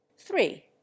three